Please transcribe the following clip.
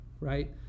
Right